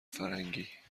فرنگی